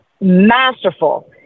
masterful